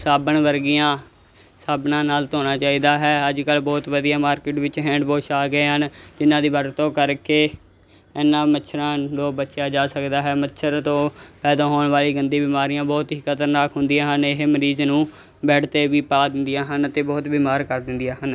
ਸਾਬਣ ਵਰਗੀਆਂ ਸਾਬਣਾਂ ਨਾਲ ਧੋਣਾ ਚਾਹੀਦਾ ਹੈ ਅੱਜ ਕੱਲ੍ਹ ਬਹੁਤ ਵਧੀਆ ਮਾਰਕੀਟ ਵਿੱਚ ਹੈਂਡ ਵਾਸ਼ ਆ ਗਏ ਹਨ ਜਿਹਨਾਂ ਦੀ ਵਰਤੋਂ ਕਰਕੇ ਇਹਨਾਂ ਮੱਛਰਾਂ ਤੋਂ ਬਚਿਆ ਜਾ ਸਕਦਾ ਹੈ ਮੱਛਰ ਤੋਂ ਪੈਦਾ ਹੋਣ ਵਾਲੀ ਗੰਦੀ ਬਿਮਾਰੀਆਂ ਬਹੁਤ ਹੀ ਖ਼ਤਰਨਾਕ ਹੁੰਦੀਆਂ ਹਨ ਇਹ ਮਰੀਜ਼ ਨੂੰ ਬੈਡ 'ਤੇ ਵੀ ਪਾ ਦਿੰਦੀਆਂ ਹਨ ਅਤੇ ਬਹੁਤ ਬਿਮਾਰ ਕਰ ਦਿੰਦੀਆਂ ਹਨ